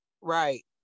right